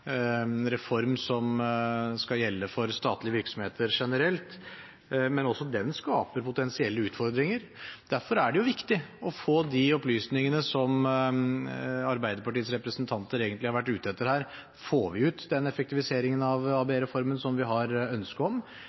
reform som skal gjelde for statlige virksomheter generelt. Men også den skaper potensielle utfordringer. Derfor er det viktig å få de opplysningene Arbeiderpartiets representanter egentlig har vært ute etter her: Får vi ut av ABE-reformen den effektiviseringen vi har ønske om,